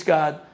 God